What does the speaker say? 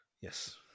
Yes